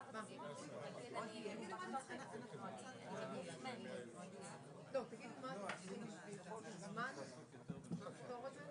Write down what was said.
התחילה התקבל כמועמד לחברות בארגון גג ומצוי בתהליך בחינה לקראת הכרה,